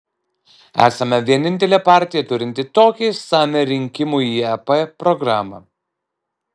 esame vienintelė partija turinti tokią išsamią rinkimų į ep programą